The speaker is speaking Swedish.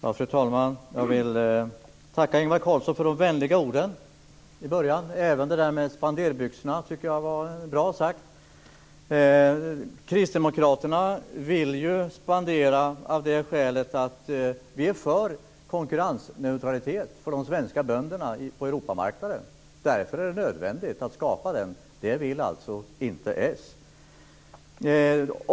Fru talman! Jag vill tacka Inge Carlsson för de vänliga orden i början - även det om spenderbyxorna tycker jag var bra sagt. Kristdemokraterna vill ju spendera av det skälet att vi är för konkurrensneutralitet för de svenska bönderna på Europamarknaden. Därför är det nödvändigt att skapa den. Det vill alltså inte Socialdemokraterna.